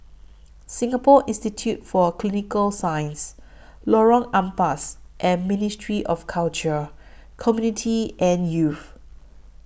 Singapore Institute For Clinical Sciences Lorong Ampas and Ministry of Culture Community and Youth